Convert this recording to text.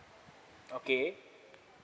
okay